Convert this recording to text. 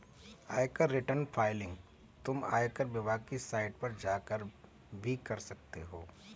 आयकर return filing तुम आयकर विभाग की साइट पर जाकर भी कर सकते हो